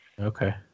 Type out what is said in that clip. Okay